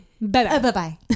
Bye-bye